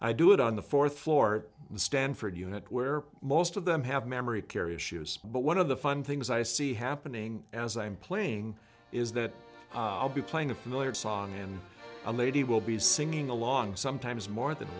i do it on the fourth floor in the stanford unit where most of them have memory care issues but one of the fun things i see happening as i'm playing is that i'll be playing a familiar song and a lady will be singing along sometimes more than